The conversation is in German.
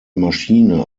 maschine